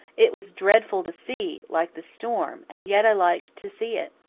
it was dreadful to see, like the storm, and yet i liked to see it.